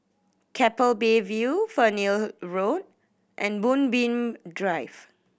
Keppel Bay View Fernhill Road and Moonbeam Drive